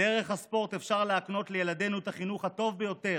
דרך הספורט אפשר להקנות לילדינו את החינוך הטוב ביותר,